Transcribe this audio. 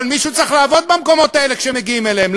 אבל מישהו צריך לעבוד במקומות האלה כשמגיעים אליהם,